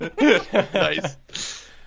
Nice